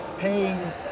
paying